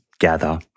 Gather